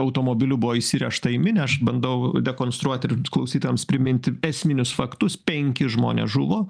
automobiliu buvo įsirėžta į minią aš bandau dekonstruoti ir klausytojams priminti esminius faktus penki žmonės žuvo